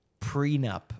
prenup